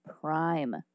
prime